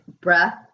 breath